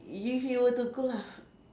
if you were to go lah